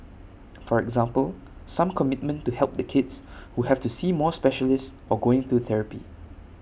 for example some commitment to help the kids who have to see more specialists or going to therapy